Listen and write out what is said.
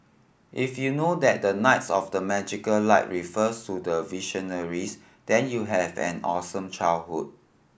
if you know that the knights of the magical light refers to the Visionaries then you had an awesome childhood